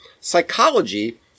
Psychology